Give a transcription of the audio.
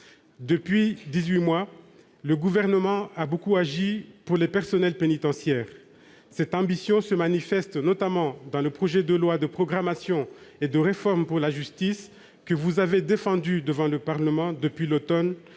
Depuis dix-huit mois, le Gouvernement a beaucoup agi pour les personnels pénitentiaires. Cette ambition se manifeste notamment dans le projet de loi de programmation 2019-2022 et de réforme pour la justice défendu devant le Parlement depuis l'automne,